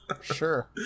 Sure